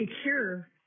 secure